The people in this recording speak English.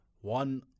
One